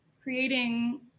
creating